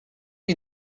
you